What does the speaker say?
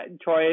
troy